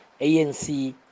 ANC